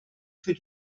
für